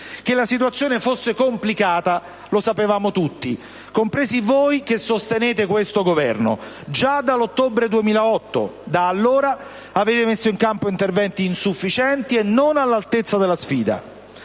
Che la situazione fosse complicata lo sapevamo tutti, compresi voi che sostenete questo Governo, già dall'ottobre del 2008: da allora, avete messo in campo interventi insufficienti e non all'altezza della sfida.